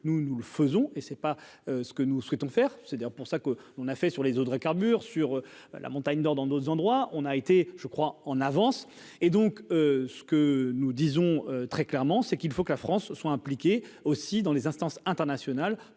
nous, nous le faisons et c'est pas ce que nous souhaitons faire c'est d'ailleurs pour ça qu'on a fait sur les Audrey carbure sur la montagne dans dans d'autres endroits, on a été je crois en avance et donc ce que nous disons très clairement, c'est qu'il faut que la France soit impliquée aussi dans les instances internationales